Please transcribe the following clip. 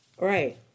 right